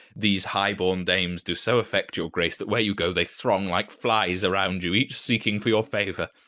these highborn dames do so affect your grace that where you go they throng like flies around you, each seeking for your favour.